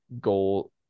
goal